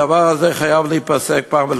הדבר הזה חייב להיפסק אחת ולתמיד.